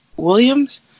Williams